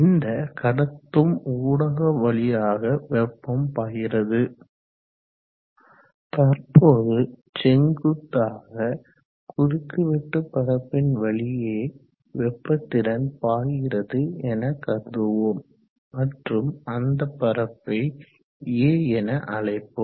இந்த கடத்தும் ஊடகம் வழியாக வெப்பம் பாய்கிறது தற்போது செங்குத்தாக குறுக்கு வெட்டு பரப்பின் வழியே வெப்ப திறன் பாய்கிறது எனக்கருதுவோம் மற்றும் அந்த பரப்பை A என அழைப்போம்